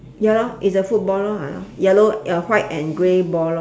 ya lor it's a football lor ah yellow uh white and grey ball lor